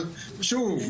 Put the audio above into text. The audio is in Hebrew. אבל שוב,